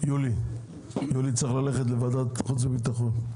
יולי, אתה צריך ללכת לוועדת החוץ והביטחון.